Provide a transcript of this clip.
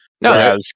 No